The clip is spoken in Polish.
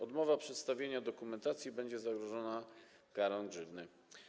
Odmowa przedstawienia dokumentacji będzie zagrożona karą grzywny.